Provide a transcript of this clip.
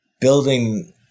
building